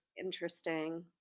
interesting